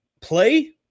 play